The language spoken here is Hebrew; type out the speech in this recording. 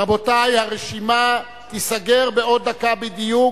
רבותי, הרשימה תיסגר בעוד דקה בדיוק.